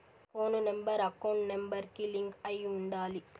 పోను number account number కి link అయ్యి ఉండాలి